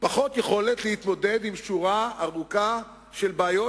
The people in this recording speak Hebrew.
פחות יכולת להתמודד עם שורה ארוכה של בעיות